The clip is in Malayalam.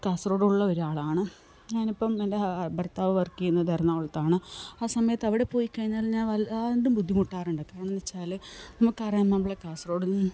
കാസർഗോഡുള്ള ഒരാളാണ് ഞാനിപ്പം എൻ്റെ ഭർത്താവ് വർക്ക് ചെയ്യുന്നത് എറണാകുളത്താണ് ആ സമയത്ത് അവിടെ പോയി കഴിഞ്ഞാൽ ഞാൻ വല്ലാണ്ട് ബുദ്ധിമുട്ടാറുണ്ട് കാരണമെന്നു വെച്ചാല് നമുക്കറിയാം നമ്മളെ കാസര്ഗോഡ് നിന്ന്